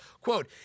Quote